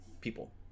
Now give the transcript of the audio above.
people